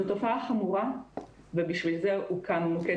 זו תופעה חמורה ובשביל זה הוקם מוקד